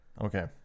Okay